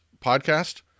podcast